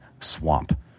swamp